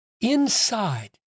Inside